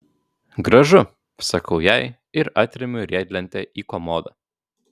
gražu sakau jai ir atremiu riedlentę į komodą